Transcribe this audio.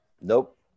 Nope